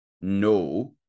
no